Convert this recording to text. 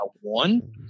one